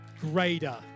greater